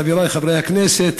חברי חברי הכנסת,